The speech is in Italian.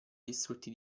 distrutti